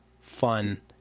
fun